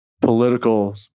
political